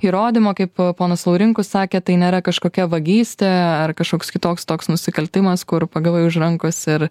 įrodymo kaip ponas laurinkus sakė tai nėra kažkokia vagystė ar kažkoks kitoks toks nusikaltimas kur pagavai už rankos ir